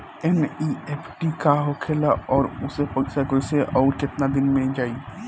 NEFT का होखेला और ओसे पैसा कैसे आउर केतना दिन मे जायी?